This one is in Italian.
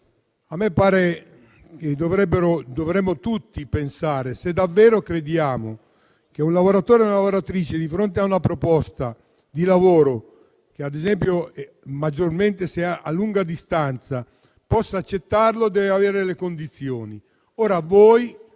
a me pare che dovremmo tutti pensare se davvero crediamo che un lavoratore o una lavoratrice di fronte a una proposta di lavoro, maggiormente se a lunga distanza, possa accettarlo o se debba avere delle condizioni. Negando